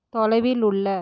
தொலைவில் உள்ள